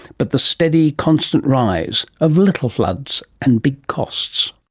but the steady constant rise of little floods and big costs.